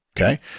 okay